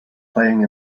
playing